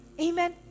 Amen